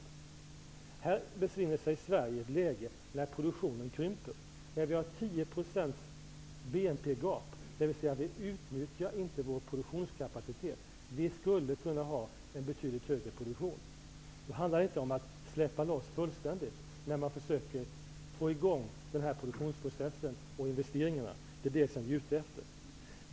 Sverige befinner sig i ett läge när produktionen krymper, när vi har 10 % BNP-gap, dvs. vi utnyttjar inte vår produktionskapacitet. Vi skulle kunna ha en betydligt högre produktion. Det handlar inte om att släppa loss fullständigt, när man försöker få i gång produktionsprocessen och investeringarna. Det är det som vi är ute efter.